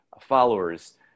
followers